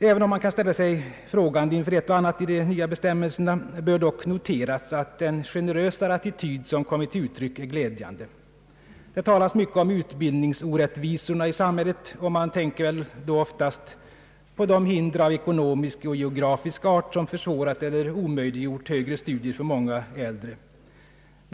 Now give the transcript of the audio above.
Även om man kan ställa sig frågande inför ett och annat i de nya bestämmelserna bör det dock noteras, att den generösare attityd som kommit till uttryck är glädjande. Det talas mycket om utbildningsorättvisorna i samhället, och man tänker väl då oftast på de hinder av ekonomisk och geografisk art som försvårat eller omöjliggjort högre studier för många äldre.